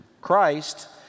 Christ